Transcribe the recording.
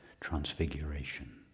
transfiguration